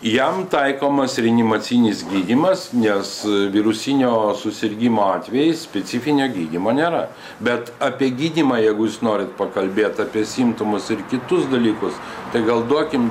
jam taikomas reanimacinis gydymas nes virusinio susirgimo atvejais specifinio gydymo nėra bet apie gydymą jeigu jūs norit pakalbėt apie simptomus ir kitus dalykus tai gal duokim